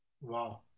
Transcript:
Wow